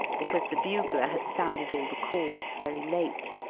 because the bugler had sounded all the calls very late,